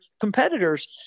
competitors